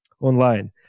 online